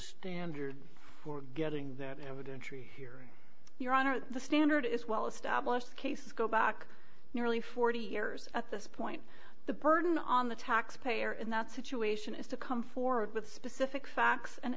standard for getting that evidence free hearing your honor the standard is well established cases go back nearly forty years at this point the burden on the taxpayer in that situation is to come forward with specific facts an